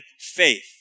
faith